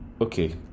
okay